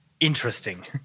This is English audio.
interesting